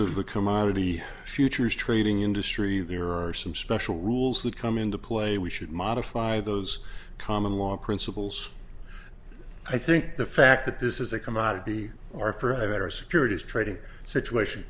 of the commodity futures trading industry there are some special rules that come into play we should modify those common law principles i think the fact that this is a commodity or for have our securities trading situation